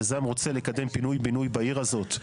יזם רוצה לקדם פינוי בינוי בעיר הזאת,